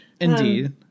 Indeed